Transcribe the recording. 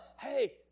Hey